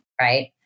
right